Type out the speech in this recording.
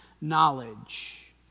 knowledge